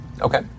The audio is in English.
Okay